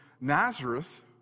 Nazareth